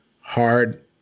hard